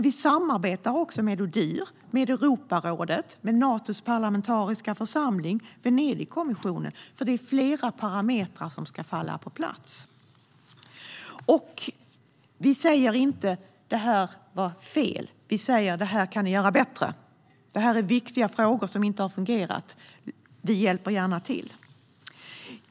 Vi samarbetar med Odihr, Europarådet, Natos parlamentariska församling och Venedigkommissionen, för det är flera parametrar ska falla på plats. Vi säger inte: Det här var fel. Vi säger: Det här kan ni göra bättre, detta är viktiga frågor som inte har fungerat och vi hjälper gärna till.